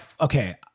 okay